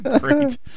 Great